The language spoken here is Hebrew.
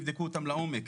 ויבדקו אותם לעומק.